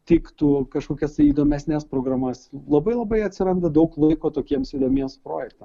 tiktų kažkokias įdomesnes programas labai labai atsiranda daug laiko tokiems įdomiems projektam